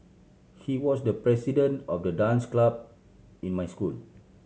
he was the president of the dance club in my school